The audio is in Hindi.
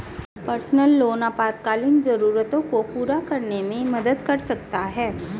पर्सनल लोन आपातकालीन जरूरतों को पूरा करने में मदद कर सकता है